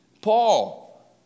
Paul